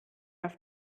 auf